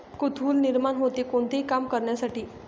कुतूहल निर्माण होते, कोणतेही काम करण्यासाठी